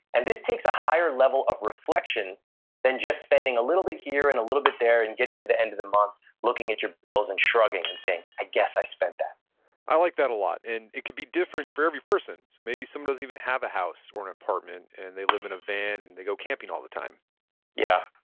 and this takes a higher level of reflection than just spending a little bit here and a little bit there and getting to the end of the month looking at your bills and shrugging and saying i guess i spent that i like that a lot and it can be different for every person. so maybe someone doesn't even have a house or an apartment and they live in a van and they go camping all the time yeah,